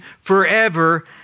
forever